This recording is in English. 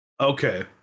Okay